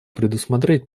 предусмотреть